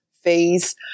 fees